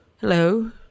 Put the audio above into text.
Hello